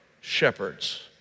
shepherds